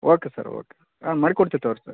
okay sir okay ಹಾಂ ಮಾಡ್ಕೊಡ್ತಿವಿ ತಗೋ ರೀ ಸರ್